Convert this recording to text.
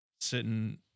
sitting